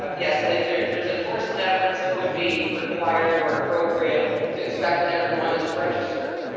um yes. like there's there's enforcement efforts that would be required or appropriate to expect that everyone is registered.